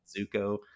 Zuko